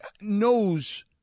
knows